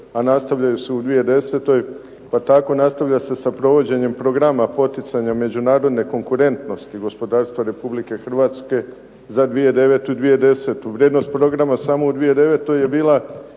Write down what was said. a nastavljaju se u 2010. pa tako nastavlja se sa provođenjem programa poticanja međunarodne konkurentnosti gospodarstva Republike Hrvatske za 2009. i 2010. Vrijednost programa samo u 2009. je bila